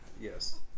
Yes